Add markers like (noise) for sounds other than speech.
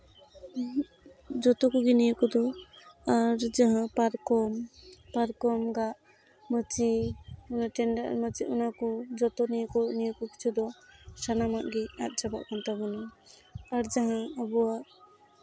ᱡᱚᱛᱚ ᱠᱚᱜᱮ ᱱᱤᱭᱟᱹ ᱠᱚᱫᱚ ᱟᱨ ᱡᱟᱦᱟᱸ ᱯᱟᱨᱠᱚᱢ ᱯᱟᱨᱠᱚᱢ ᱜᱟᱜ ᱢᱟᱹᱪᱤ (unintelligible) ᱚᱱᱟᱠᱚ ᱡᱚᱛᱚ ᱱᱤᱭᱟᱹ ᱠᱚ ᱱᱤᱭᱟᱹ ᱠᱚ ᱠᱤᱪᱷᱩ ᱫᱚ ᱥᱟᱱᱟᱢᱟᱜ ᱜᱮ ᱟᱫ ᱪᱟᱵᱟᱜ ᱠᱟᱱ ᱛᱟᱵᱚᱱᱟ ᱟᱨ ᱡᱟᱦᱟᱸ ᱟᱵᱚᱣᱟᱜ